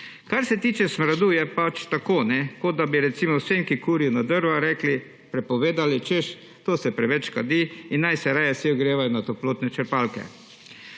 Kar se tiče smradu, je pač tako, kot da bi, recimo, vsem, ki kurijo na drva, rekli, prepovedali, češ to se preveč kadi in naj se raje vsi ogrevajo na toplotne črpalke.